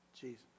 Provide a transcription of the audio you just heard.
Jesus